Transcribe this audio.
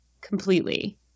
completely